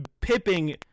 pipping